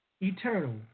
eternal